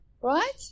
Right